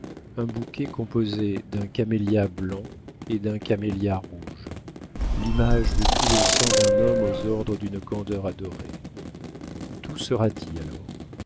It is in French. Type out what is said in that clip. un bouquet composé d'un camélia blanc et d'un camélia rouge l'image de tout le sang d'un homme aux ordres d'une candeur adorée tout sera dit alors